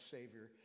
Savior